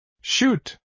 Shoot